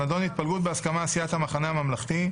הנדון: התפלגות בהסכמה סיעת המחנה הממלכתי.